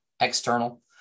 external